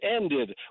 ended